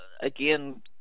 again